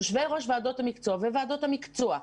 יושבי-ראש ועדות המקצוע וועדות המקצוע,